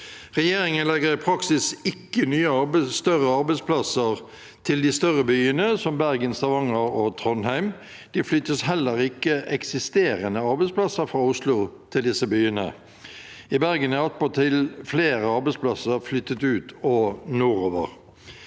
Regjeringen legger i praksis ikke nye statlige arbeidsplasser til de større byene, som Bergen, Stavanger og Trondheim. Det flyttes heller ikke eksisterende arbeidsplasser fra Oslo til disse byene. I Bergen er attpåtil flere arbeidsplasser flyttet ut og nordover.